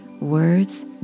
Words